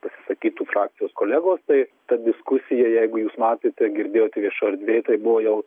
pasisakytų frakcijos kolegos tai ta diskusija jeigu jūs matėte girdėjote viešoj erdvėj tai buvo jau